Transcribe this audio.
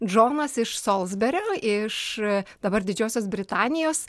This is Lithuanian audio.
džonas iš solsberio iš dabar didžiosios britanijos